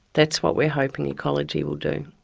that's what we're hoping echology will do.